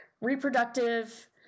reproductive